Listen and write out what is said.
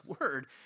word